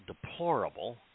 deplorable